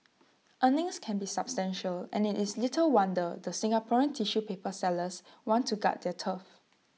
earnings can be substantial and IT is little wonder the Singaporean tissue paper sellers want to guard their turf